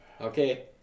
Okay